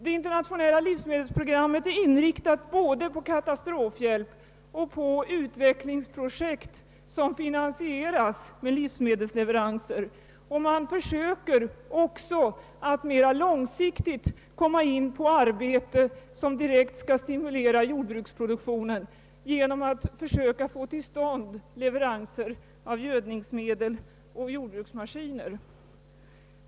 Det internationella livsmedelsprogrammet är inriktat både på katastrofhjälp och på utvecklingsprojekt som finansieras med livsmedelsleveranser. Man försöker också mera långsiktigt att få till stånd stimulerande åtgärder för jordbruksproduktionen genom leveranser av gödningsmedel och jordbruksmaskiner.